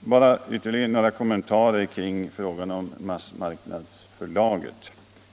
vill göra vtterligare några kommentarer kring frågan om massmarknadsförlaget.